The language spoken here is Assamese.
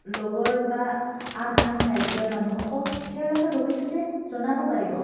লগৰ বা আন আন ৰাজ্যৰ মানুহকো তেওঁলোকে ভৱিষ্যতে জনাব পাৰিব